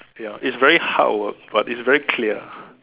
ya it's very hard work but it's very clear